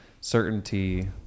certainty